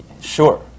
Sure